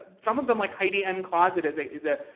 some of them, like heidi n closet is a is a